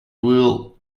will